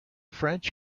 french